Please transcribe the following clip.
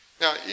Now